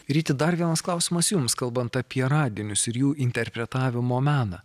ryti dar vienas klausimas jums kalbant apie radinius ir jų interpretavimo meną